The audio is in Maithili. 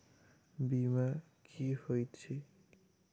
बीमा की होइत छी?